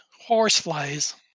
horseflies